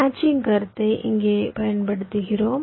matching கருத்தை இங்கே பயன்படுத்துகிறோம்